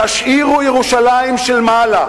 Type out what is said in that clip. תשאירו ירושלים של מעלה,